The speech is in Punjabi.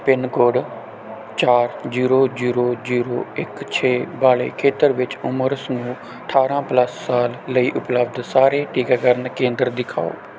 ਪਿੰਨ ਕੋਡ ਚਾਰ ਜ਼ੀਰੋ ਜ਼ੀਰੋ ਜ਼ੀਰੋ ਇੱਕ ਛੇ ਵਾਲੇ ਖੇਤਰ ਵਿੱਚ ਉਮਰ ਸਮੂਹ ਅਠਾਰ੍ਹਾਂ ਪਲੱਸ ਸਾਲ ਲਈ ਉਪਲਬਧ ਸਾਰੇ ਟੀਕਾਕਰਨ ਕੇਂਦਰ ਦਿਖਾਓ